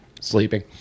sleeping